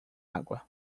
água